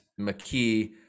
McKee